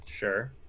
Sure